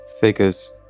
figures